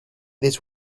this